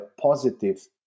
positive